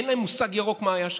אין להם מושג ירוק מה היה שם.